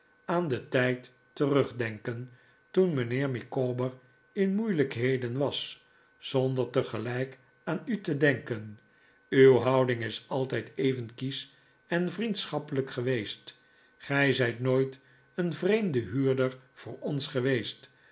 aan den tijd terugdenken toen mijnheer micawber in moeilijkheden was zonder tegelijk aan u te denken uw houding is altijd even kiesch en vriendschappelijk geweest gij zijt nooit een vreemde huurder voor ons geweest